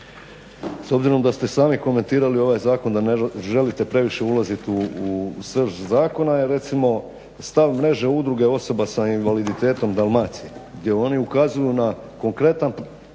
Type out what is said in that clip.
s obzirom da ste sami komentirali ovaj zakon da ne želite previše ulazit u srž zakona je recimo stav mreže udruge osoba sa invaliditetom Dalmacije gdje oni ukazuju na konkretan